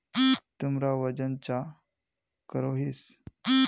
तुमरा वजन चाँ करोहिस?